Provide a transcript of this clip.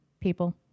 people